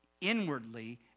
inwardly